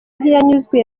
ntiyanyuzwe